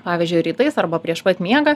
pavyzdžiui rytais arba prieš pat miegą